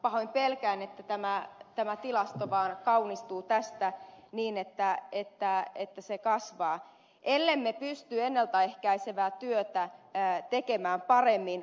pahoin pelkään että tämä tilasto vaan kaunistuu tästä niin että se kasvaa ellemme pysty ennalta ehkäisevää työtä tekemään paremmin kunnissa